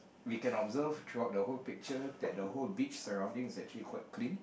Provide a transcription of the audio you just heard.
we can observe throughout the whole picture that the whole beach surrounding is actually quite clean